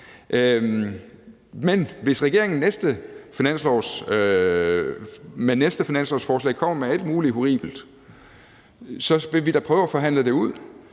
Men hvis regeringen med næste finanslovsforslag kommer med alt muligt horribelt, vil vi da prøve at forhandle det ud,